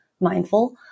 mindful